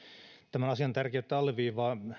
tämän asian tärkeyttä alleviivaa